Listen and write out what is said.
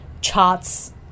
charts –